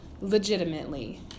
Legitimately